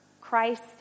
Christ